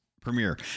Premiere